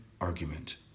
argument